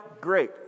great